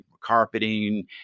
carpeting